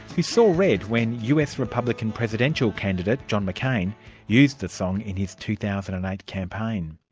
who saw red when us republican presidential candidate john mccain used the song in his two thousand and eight campaign.